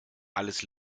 alles